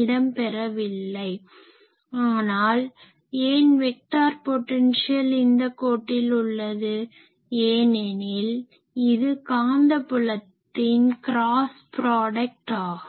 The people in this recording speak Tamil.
இடம் பெறவில்லை ஆனால் ஏன் வெக்டார் பொட்டன்ஷியல் இந்த கோட்டில் உள்ளது ஏனெனில் இது காந்த புலத்தின் க்ராஸ் ப்ராடக்ட் ஆகும்